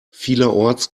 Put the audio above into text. vielerorts